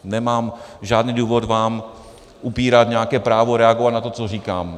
Nemám žádný důvod vám upírat nějaké právo reagovat na to, co říkám.